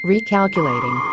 Recalculating